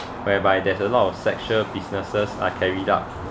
whereby there's a lot of sexual businesses are carried out